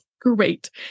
Great